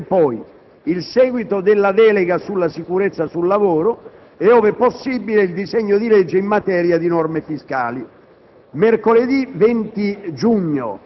Il calendario di questa settimana comprende poi il seguito della delega sulla sicurezza sul lavoro e, ove possibile, il disegno di legge in materia di norme fiscali.